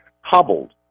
hobbled